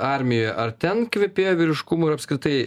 armijo ar ten kvepėjo vyriškumu ir apskritai